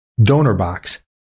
DonorBox